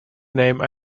name